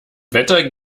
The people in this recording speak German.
wetter